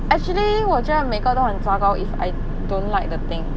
actually 我觉得每个都很糟糕 if I don't like the thing